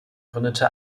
gründete